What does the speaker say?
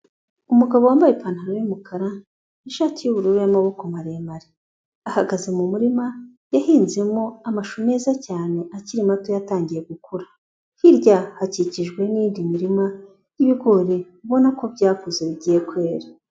Umugabo wambaye ipantaro y'umukara n'ishati y'ubururu y'amaboko maremare. Ahagaze mu murima yahinzemo amashu meza cyane akiri matoya atangiye gukura. Hirya hakikijwe n'indi mirima yibigori ubona ko byakuze bigiye kwera.